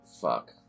Fuck